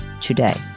today